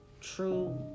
true